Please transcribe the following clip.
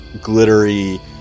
glittery